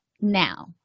now